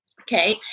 Okay